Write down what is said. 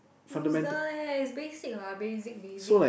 loser eh is basic lah basic basic